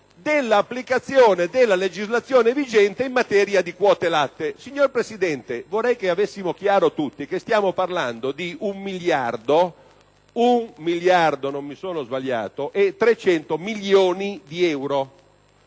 dell'applicazione della legislazione vigente in materia di quote latte. Signor Presidente, vorrei che avessimo chiaro tutti il fatto che stiamo parlando di 1.300.000.000 di euro